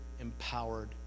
empowered